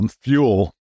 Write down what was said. fuel